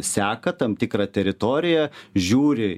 seka tam tikrą teritoriją žiūri